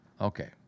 Okay